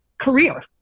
career